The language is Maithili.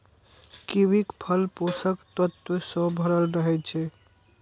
कीवीक फल पोषक तत्व सं भरल रहै छै